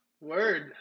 Word